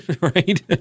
right